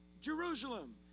Jerusalem